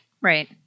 Right